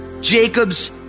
Jacob's